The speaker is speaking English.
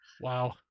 Wow